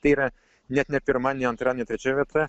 tai yra net ne pirma ne antra ne trečia vieta